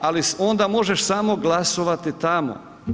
Ali onda možeš samo glasovati tamo.